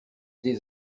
des